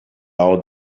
all